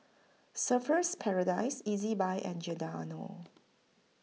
Surfer's Paradise Ezbuy and Giordano